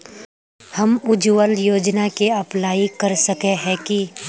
हम उज्वल योजना के अप्लाई कर सके है की?